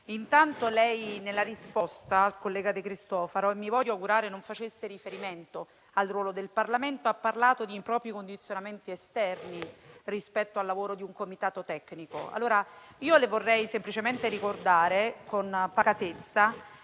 Paese. Nella risposta al collega De Cristofaro - e mi voglio augurare non facesse riferimento al ruolo del Parlamento - ha parlato di impropri condizionamenti esterni rispetto al lavoro di un comitato tecnico. Le vorrei semplicemente ricordare con pacatezza